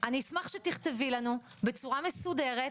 אשמח שתכתבי לנו בצורה מסודרת,